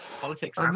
Politics